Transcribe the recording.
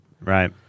Right